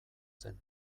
zen